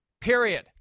Period